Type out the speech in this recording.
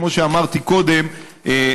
כמו שאמרתי קודם,